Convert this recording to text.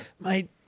mate